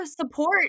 support